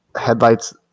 headlights